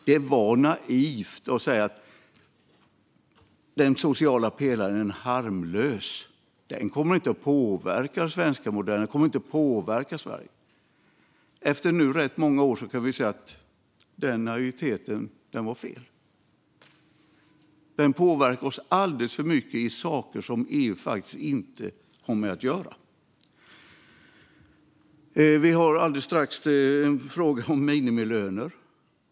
Det var naivt att säga att den sociala pelaren var harmlös och att den inte skulle påverka Sverige och den svenska modellen. Nu, efter rätt många år, kan vi se att den naiviteten var fel. Den sociala pelaren påverkar oss alldeles för mycket i saker som EU faktiskt inte har med att göra. Vi har alldeles strax en fråga om minimilöner.